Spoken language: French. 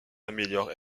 améliorent